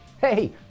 Hey